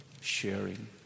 sharing